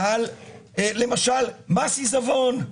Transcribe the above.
למשל מס עיזבון.